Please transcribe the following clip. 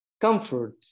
comfort